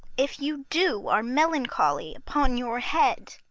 if you do, our melancholy upon your head!